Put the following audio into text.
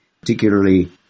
particularly